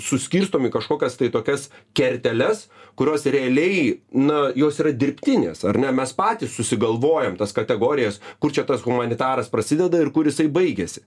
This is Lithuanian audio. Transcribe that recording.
suskirstom į kažkokias tai tokias kerteles kurios realiai na jos yra dirbtinės ar ne mes patys susigalvojam tas kategorijas kur čia tas humanitaras prasideda ir kur jisai baigiasi